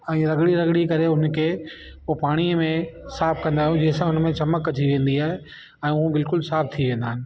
ऐं रॻिड़ी रॻिड़ी करे उन खे पोइ पाणीअ में साफ़ु कंदा आहियूं जे सां उन में चमक वेंदी आहे ऐं उहे बिल्कुलु साफ़ु थी वेंदा आहिनि